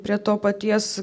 prie to paties